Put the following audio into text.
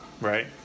right